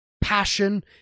passion